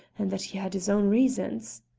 and that he had his own reasons?